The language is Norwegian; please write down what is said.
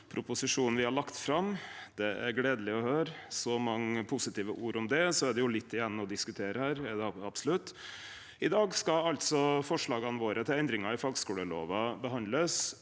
proposisjonen me har lagt fram. Det er gledeleg å høyre så mange positive ord om det, og så er det absolutt litt igjen å diskutere her. I dag skal altså forslaga våre til endringar i fagskulelova behandlast.